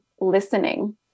listening